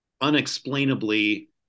unexplainably